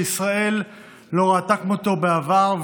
שישראל לא ראתה כמותו בעבר,